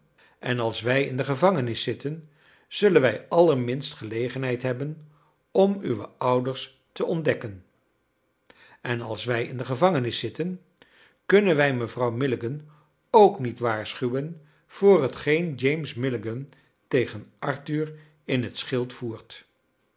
en als wij in de gevangenis zitten zullen wij allerminst gelegenheid hebben om uwe ouders te ontdekken en als wij in de gevangenis zitten kunnen wij mevrouw milligan ook niet waarschuwen voor hetgeen james milligan tegen arthur in t schild voert